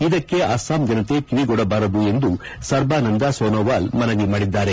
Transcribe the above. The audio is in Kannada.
ಇದಕ್ಕೆ ಅಸ್ಸಾಂ ಜನತೆ ಕಿವಿಗೊಡಬಾರದು ಎಂದು ಸರ್ಬಾನಂದ ಸೋನೋವಾಲ್ ಮನವಿ ಮಾಡಿದ್ದಾರೆ